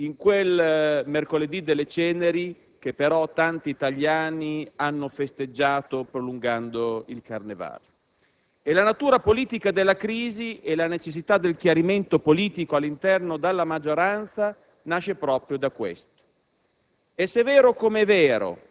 poi quello degli esteri, in quel mercoledì delle Ceneri che però tanti italiani hanno festeggiato prolungando il Carnevale. La natura politica della crisi e la necessità del chiarimento politico all'interno della maggioranza nascono proprio da questo,